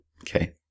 Okay